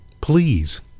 Please